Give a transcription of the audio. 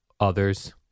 Others